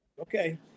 Okay